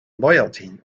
loyalty